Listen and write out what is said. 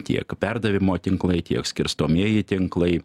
tiek perdavimo tinklai tiek skirstomieji tinklai